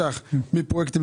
החלטת